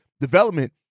development